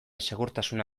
segurtasuna